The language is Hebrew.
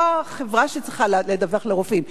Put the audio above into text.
לא החברה צריכה לדווח לרופאים,